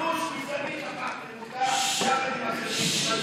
ממשלת כיבוש גזענית, תתביישו.